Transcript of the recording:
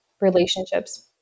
relationships